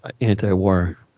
anti-war